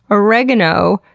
oregano,